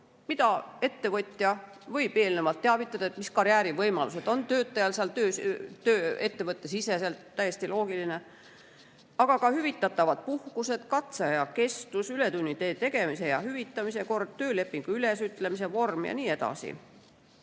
ettevõtja võib eelnevalt teavitada, ja mis karjäärivõimalused on töötajal seal ettevõttesiseselt. Täiesti loogiline. Aga [kirjas peavad olema] ka hüvitatavad puhkused, katseaja kestus, ületunnitöö tegemise ja hüvitamise kord, töölepingu ülesütlemise vorm ja nii edasi.